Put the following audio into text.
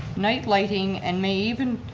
night lighting and may even,